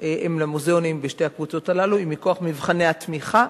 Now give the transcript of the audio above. למוזיאונים בשתי הקבוצות הללו היא מכוח מבחני התמיכה